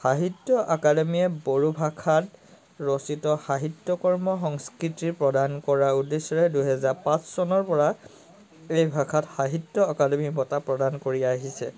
সাহিত্য অকাডেকিয়ে বড়ো ভাষাত ৰচিত সাহিত্য কৰ্ম সংস্কৃতিৰ প্ৰদান কৰাৰ উদ্দেশ্যেৰে দুহেজাৰ পাঁচ চনৰপৰা এই ভাষাত সাহিত্য অকাডেমি বঁটা প্ৰদান কৰি আহিছে